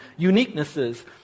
uniquenesses